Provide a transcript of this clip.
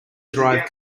drive